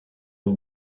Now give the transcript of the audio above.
bwo